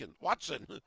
Watson